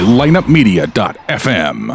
lineupmedia.fm